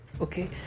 okay